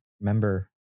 remember